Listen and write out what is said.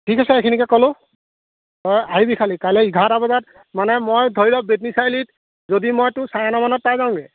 ঠিক আছে এইখিনিকে ক'লোঁ তই আহিবি খালি কাইলৈ এঘাৰটা বজাত মানে মই ধৰিল' বেটনী চাৰিআলিত যদি মইতো চাৰে নমানত পাই যাওঁগৈ